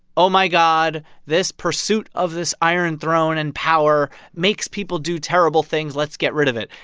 oh, my god. this pursuit of this iron throne and power makes people do terrible things. let's get rid of it.